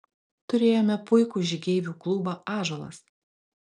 turėjome puikų žygeivių klubą ąžuolas